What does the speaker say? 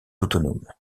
autonomes